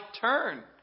turn